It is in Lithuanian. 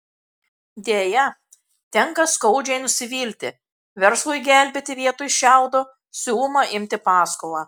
deja tenka skaudžiai nusivilti verslui gelbėti vietoj šiaudo siūloma imti paskolą